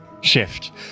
Shift